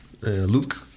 Luke